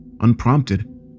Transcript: unprompted